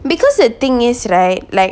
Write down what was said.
because the thing is right like